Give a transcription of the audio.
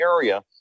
area